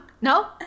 No